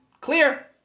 clear